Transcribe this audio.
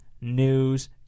news